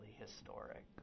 historic